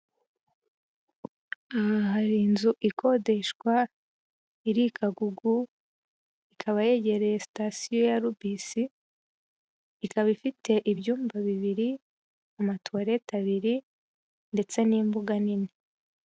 Aha hari inzu ikodeshwa iri Kagugu, ikaba yegereye sitasiyo ya rubisi. Ikaba ifite ibyumba bibiri, amatuwalete abiri ndetse n'imbuga nini.